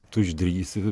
tu išdrįsi